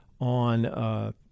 on